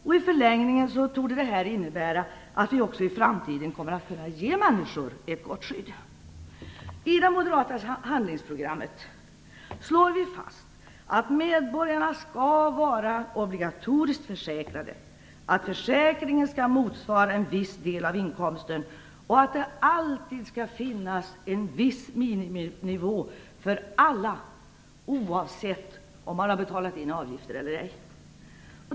I förlängningen torde detta innebära att vi också i framtiden kommer att kunna ge människor ett gott skydd. I det moderata handlingsprogrammet slår vi fast att medborgarna skall vara obligatoriskt försäkrade, att försäkringen skall motsvara en viss del av inkomsten och att det alltid skall finnas en viss miniminivå för alla, oavsett om man betalar sina avgifter eller ej.